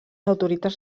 autoritats